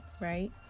right